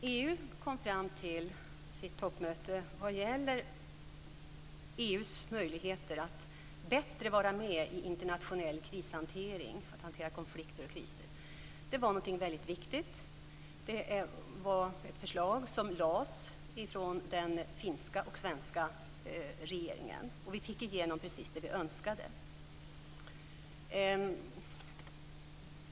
Herr talman! Det EU kom fram till vid sitt toppmöte vad gäller EU:s möjligheter att bättre vara med i internationell krishantering, att hantera konflikter och kriser, var någonting väldigt viktigt. Det var ett förslag som lades från den finska och den svenska regeringen, och vi fick igenom precis det vi önskade.